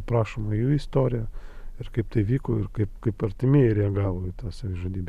aprašoma jų istorija ir kaip tai vyko ir kaip kaip artimieji reagavo į tą savižudybę